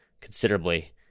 considerably